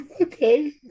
Okay